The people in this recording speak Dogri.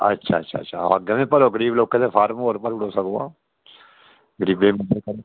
अच्छा अच्छा अग्गै बी भरी ओड़ो गरीब लोकें दे होर भरी ओड़ो